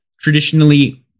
traditionally